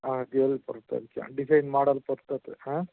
ஆ design பொறுத்து இருக்குது design model பொறுத்தது ஆ